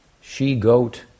she-goat